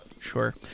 Sure